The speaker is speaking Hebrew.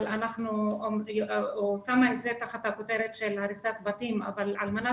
אבל שמה את זה תחת הכותרת של הריסת בתים אבל על מנת